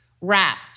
wrapped